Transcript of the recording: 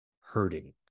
hurting